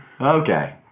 Okay